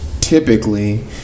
typically